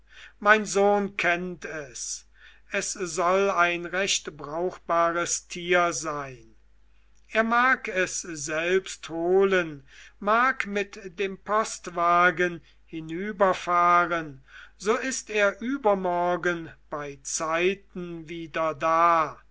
mein sohn kennt es es soll ein recht brauchbares tier sein er mag es selbst holen mag mit dem postwagen hinüberfahren so ist er übermorgen beizeiten wieder da